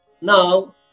Now